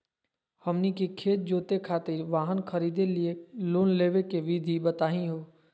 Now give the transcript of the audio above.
हमनी के खेत जोते खातीर वाहन खरीदे लिये लोन लेवे के विधि बताही हो?